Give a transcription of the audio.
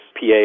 PA